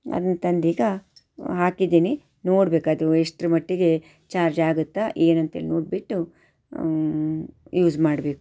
ಅದನ್ನು ತಂದು ಈಗ ಹಾಕಿದ್ದೀನಿ ನೋಡ್ಬೇಕು ಅದು ಎಷ್ಟರ ಮಟ್ಟಿಗೆ ಚಾರ್ಜ್ ಆಗುತ್ತಾ ಏನಂತ ಹೇಳಿ ನೋಡಿಬಿಟ್ಟು ಯೂಸ್ ಮಾಡಬೇಕು